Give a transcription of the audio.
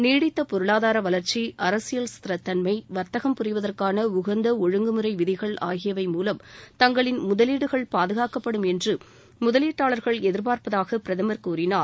நீடித்த பொருளாதார வளர்ச்சி அரசியல் ஸ்திரத்தன்மை வர்த்தகம் புரிவதற்கான உகந்த ஒழுங்குமுறை விதிகள் ஆகியவை மூலம் தங்களின் முதலீடுகள் பாதகாக்கப்படும் என்று முதலீட்டாளாகள் எதிபாா்ப்பதாக பிரதம் கூறினார்